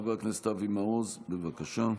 חבר הכנסת אבי מעוז, בבקשה.